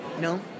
no